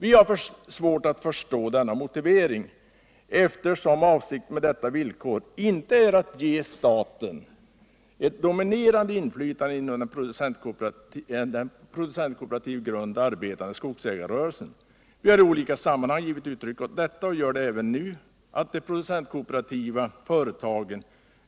Vi har svårt att förstå den motiveringen, eftersom avsikten med detta villkor inte är att ge staten ett dominerande inflytande inom den på producentkooperativ grund arbetande skogsägarrörelsen. Vi har i olika sammanhang givit uttryck åt vår uppfattning — och gör det även nu — att de producentkooperativa företagen